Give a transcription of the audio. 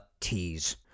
tease